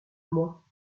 moi